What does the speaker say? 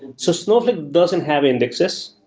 and so snowflake doesn't have indexes.